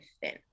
thin